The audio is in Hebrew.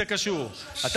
קשורים, קשורים.